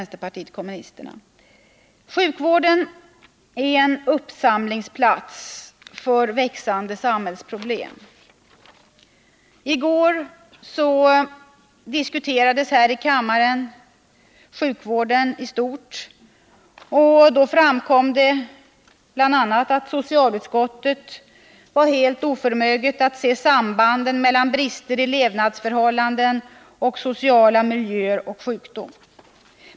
Sjukvården är en uppsamlingsplats för de växande samhällsproblemen. I går diskuterades sjukvården i stort här i kammaren, och då framkom det bl.a. att socialutskottet var helt oförmöget att se sambanden mellan brister i levnadsförhållanden och i sociala miljöer och sjukdom.